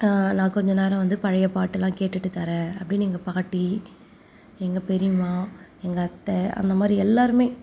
நான் கொஞ்சம் நேரம் வந்து பழைய பாட்டுல்லாம் கேட்டுவிட்டு தர்றேன் அப்படின்னு எங்கள் பாட்டி எங்கள் பெரியம்மா எங்கள் அத்தை அந்தமாதிரி எல்லாருமே